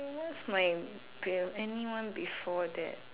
what's my anyone before that